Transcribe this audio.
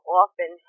often